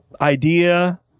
idea